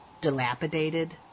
dilapidated